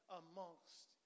amongst